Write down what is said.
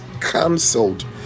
cancelled